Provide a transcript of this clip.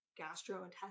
gastrointestinal